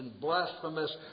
blasphemous